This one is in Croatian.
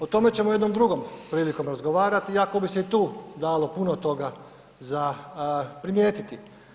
O tome ćemo jednom drugom prilikom razgovarati iako bi se i tu dalo puno toga za primijetiti.